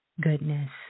goodness